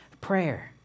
prayer